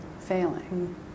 failing